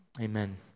amen